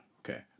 okay